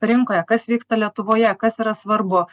rinkoje kas vyksta lietuvoje kas yra svarbu